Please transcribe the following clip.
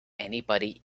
anybody